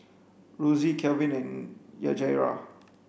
Rosey Kalvin and Yajaira